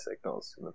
signals